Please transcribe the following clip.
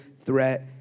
threat